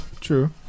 True